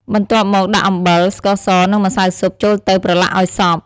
បន្ទាប់មកដាក់អំបិល ស្ករស និងម្សៅស៊ុប ចូលទៅប្រឡាក់ឲ្យសព្វ។